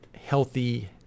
healthy